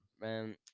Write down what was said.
Man